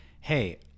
hey